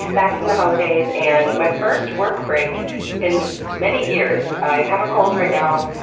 back from the holidays and my first work break in many years. i have a cold right now,